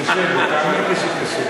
תאמין לי שקשה לי.